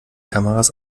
kameras